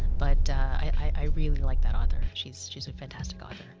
but i really like that author. she's she's a fantastic author